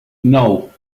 nou